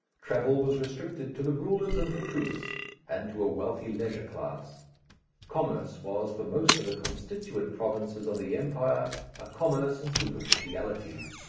travel was restricted to the rulers and the troops and to a wealthy leisure class commerce was for most of the constituent provinces of the empire a commerce in superficialities,